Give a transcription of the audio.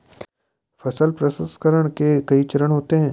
फसल प्रसंसकरण के कई चरण होते हैं